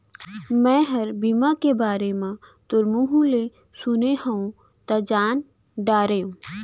मैंहर बीमा के बारे म तोर मुँह ले सुने हँव तव जान डारेंव